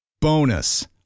Bonus